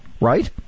right